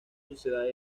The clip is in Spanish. suceda